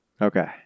okay